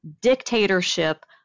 dictatorship